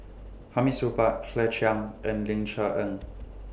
Hamid Supaat Claire Chiang and Ling Cher Eng